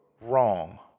wrong